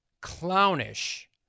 clownish